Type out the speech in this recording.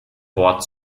wort